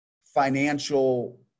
financial